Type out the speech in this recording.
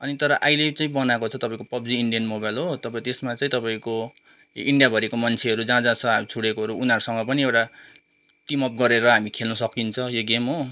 अनि तर अहिले चाहिँ बनाएको चाहिँ तपाईँको पबजी इन्डियन मोबाइल हो तपाईँ त्यसमा चाहिँ तपाईँको इन्डियाभरिको मान्छेहरू जहाँ जहाँ छ छोडिएको उनीहरूसँग पनि एउटा टिमअप गरेर हामी खेल्नु सकिन्छ यो गेम हो